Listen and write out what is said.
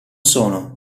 sono